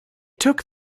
took